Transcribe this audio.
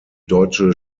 deutsche